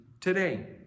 today